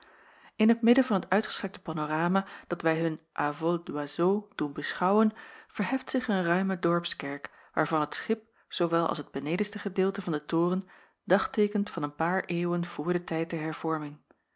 in het midden van het uitgestrekte panorama dat wij hun à vol d'oiseau doen beschouwen verheft zich een ruime dorpskerk waarvan het schip zoowel als het benedenste gedeelte van den toren dagteekent van een paar eeuwen voor den tijd der hervorming